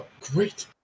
great